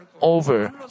over